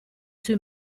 sui